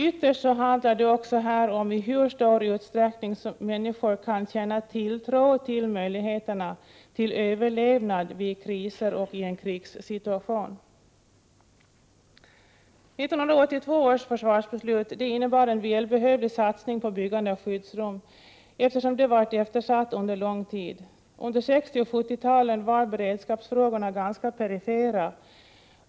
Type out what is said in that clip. Ytterst handlar det också om i hur stor utsträckning människor kan känna tilltro till möjligheterna till överlevnad vid kriser och i en krigssituation. 1982 års försvarsbeslut innebar en välbehövlig satsning på byggande av skyddsrum, eftersom detta varit eftersatt under lång tid. Under 60 och 70-talen var beredskapsfrågorna ganska perifera.